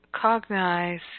cognize